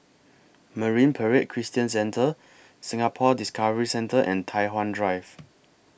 Marine Parade Christian Centre Singapore Discovery Centre and Tai Hwan Drive